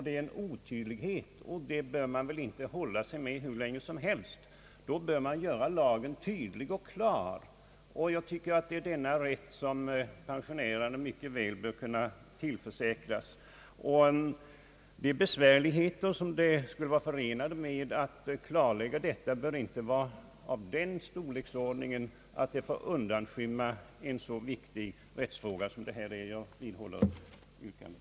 En sådan otydlighet bör man väl inte hålla sig med hur länge som helst, utan man bör göra lagen tydlig och klar. Jag tycker att pensionärerna mycket väl bör kunna tillförsäkras förhandlingsrätt och att de besvärligheter, som skulle vara förenade med att klarlägga detta, inte kan vara så stora att de skall få undanskymma en så viktig rättsfråga som det här gäller. Jag vidhåller mitt yrkande.